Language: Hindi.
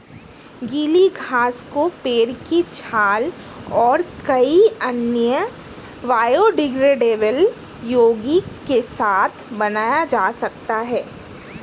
गीली घास को पेड़ की छाल और कई अन्य बायोडिग्रेडेबल यौगिक के साथ बनाया जा सकता है